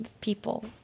people